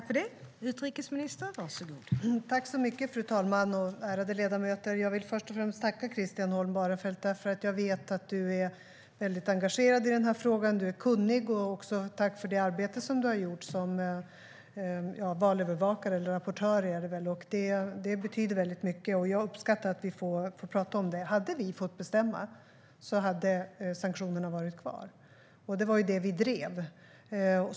Fru talman! Ärade ledamöter! Jag vill först och främst tacka Christian Holm Barenfeld som jag vet är väldigt engagerad och kunnig i den här frågan. Tack också för det arbete som du har gjort som valövervakare eller rapportör! Det betyder väldigt mycket, och jag uppskattar att vi får prata om det. Hade vi fått bestämma hade sanktionerna varit kvar, och det var det vi drev.